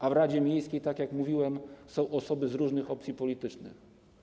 A w radzie miejskiej, tak jak mówiłem, są osoby z różnych opcji politycznych.